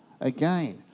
again